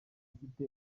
ufite